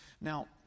Now